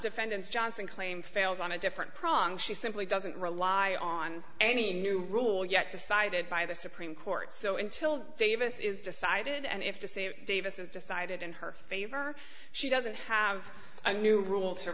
defendants johnson claim fails on a different problem she simply doesn't rely on any new rule yet decided by the supreme court so until davis is decided and if to say that davis has decided in her favor she doesn't have a new rule to